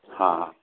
हाँ